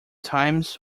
times